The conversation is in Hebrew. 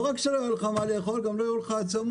לא רק שלא יהיה לך מה לאכול, גם לא יהיו לך עצמות.